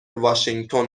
واشینگتن